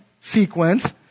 sequence